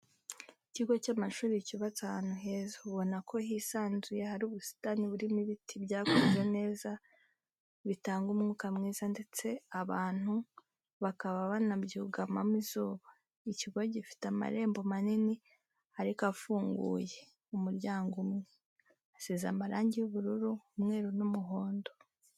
Ikigo cy'amashuri cyubatse ahantu heza, ubona ko hisanzuye hari ubusitani burimo ibiti byakuze neza bitanga umwuka mwiza ndetse abantu bakaba banabyugamamo izuba, ikigo gifite amarembo manini ariko afunguye umuryango umwe, hasize amarange y'ubururu, umweru n'umuhondo.